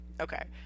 Okay